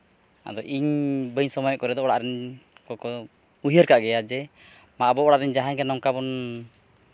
ᱟᱫᱚ ᱤᱧ ᱵᱟᱹᱧ ᱥᱚᱢᱚᱭᱚᱜ ᱠᱚᱨᱮᱜ ᱫᱚ ᱚᱲᱟᱜ ᱨᱮᱱ ᱠᱚ ᱠᱚ ᱩᱭᱦᱟᱹᱨ ᱠᱟᱜ ᱜᱮᱭᱟ ᱡᱮ ᱟᱵᱚ ᱚᱲᱟᱜ ᱨᱮᱱ ᱡᱟᱦᱟᱸᱭ ᱜᱮ ᱱᱚᱝᱠᱟ ᱵᱚᱱ